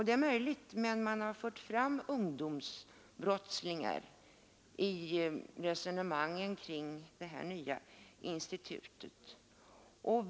Det är möjligt, men man har fört fram ungdomsbrottslingar i resonemangen kring detta nya institut.